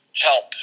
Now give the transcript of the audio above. help